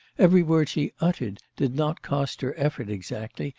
every word she uttered did not cost her effort exactly,